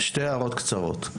שתי הערות קצרות.